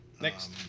Next